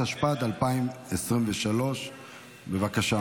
התשפ"ד 2023. בבקשה,